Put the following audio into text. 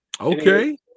Okay